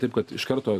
taip kad iš karto